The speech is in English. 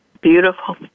Beautiful